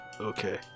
Okay